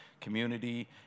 Community